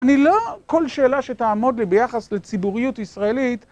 אני לא... כל שאלה שתעמוד לי ביחס לציבוריות ישראלית,